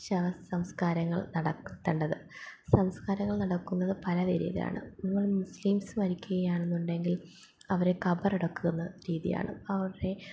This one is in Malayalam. ശവസംസ്കാരങ്ങൾ നടത്തേണ്ടത് സംസ്കാരങ്ങൾ നടക്കുന്നത് പല രീതിയിലാണ് നമ്മൾ മുസ്ലിംസ് മരിക്കുകയാണെന്നുണ്ടെങ്കിൽ അവരെ കബറടക്കുന്ന രീതിയാണ് അവരുടെ